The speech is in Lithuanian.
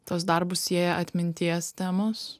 tuos darbus sieja atminties temos